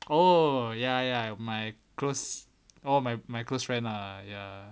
oh ya ya ya my close oh my my close friend lah ya